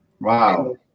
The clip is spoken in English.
Wow